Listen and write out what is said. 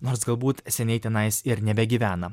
nors galbūt seniai tenais ir nebegyvena